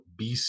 BC